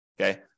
Okay